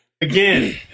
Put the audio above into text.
Again